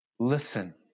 listen